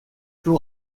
tous